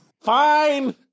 Fine